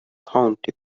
county